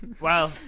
Wow